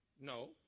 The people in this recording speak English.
No